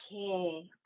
okay